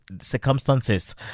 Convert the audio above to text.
circumstances